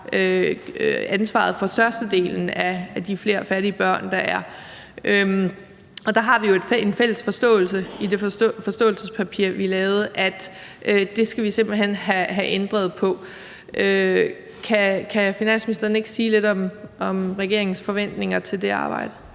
ansvaret for størstedelen af de flere fattige børn, der er. Der har vi jo en fælles forståelse i det forståelsespapir, vi lavede, for, at det skal vi simpelt hen have ændret på. Kan finansministeren ikke sige lidt om regeringens forventninger til det arbejde?